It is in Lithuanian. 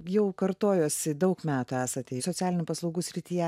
jau kartojuosi daug metų esat socialinių paslaugų srityje